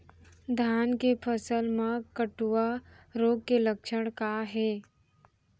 धान के फसल मा कटुआ रोग के लक्षण का हे?